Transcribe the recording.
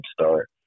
start